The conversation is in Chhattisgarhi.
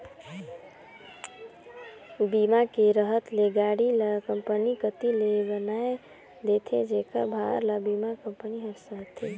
बीमा के रहत ले गाड़ी ल कंपनी कति ले बनाये देथे जेखर भार ल बीमा कंपनी हर सहथे